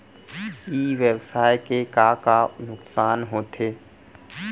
ई व्यवसाय के का का नुक़सान होथे?